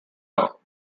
law